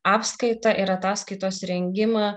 apskaita ir ataskaitos rengimą